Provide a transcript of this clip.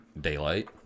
Daylight